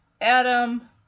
Adam